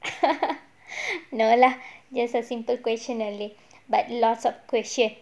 no lah just a simple question only but lots of questions